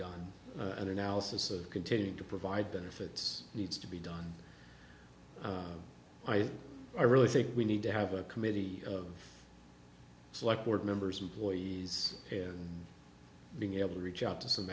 done an analysis of continuing to provide benefits needs to be done i think i really think we need to have a committee of select board members employees and being able to reach out to some